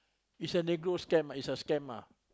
it's a negro scam ah it's a scam ah